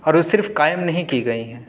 اور وہ صرف قائم نہیں کی گئی ہیں